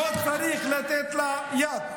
החיילים שלנו הכי מוסריים, לא צריך לתת לה יד.